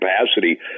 capacity